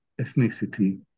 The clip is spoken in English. ethnicity